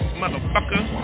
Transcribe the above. motherfucker